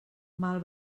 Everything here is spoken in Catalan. mal